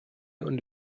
und